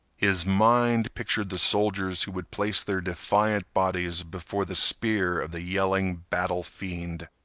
his mind pictured the soldiers who would place their defiant bodies before the spear of the yelling battle fiend,